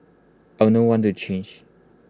I would not want to change